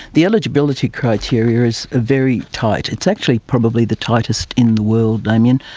the eligibility criteria is very tight. it's actually probably the tightest in the world, damien.